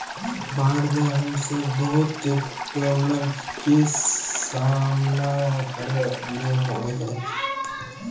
बाढ में हम सब बहुत प्रॉब्लम के सामना करे ले होय है?